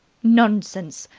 nonsense.